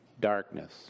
darkness